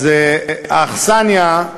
האכסניה,